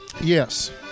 Yes